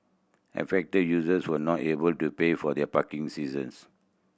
affected users were not able to pay for their parking seasons